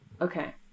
Okay